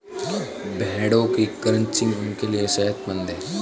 भेड़ों की क्रचिंग उनके लिए सेहतमंद है